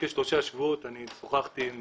שוחחתי עם